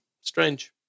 Strange